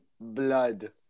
blood